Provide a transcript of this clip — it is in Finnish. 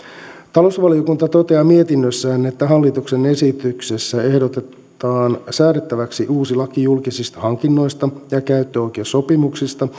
talousvaliokunta toteaa mietinnössään että hallituksen esityksessä ehdotetaan säädettäväksi uusi laki julkisista hankinnoista ja käyttöoikeussopimuksista